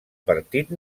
partit